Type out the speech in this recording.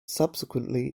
subsequently